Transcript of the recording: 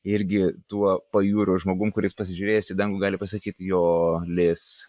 irgi tuo pajūrio žmogum kuris pasižiūrėjęs į dangų gali pasakyti jo lis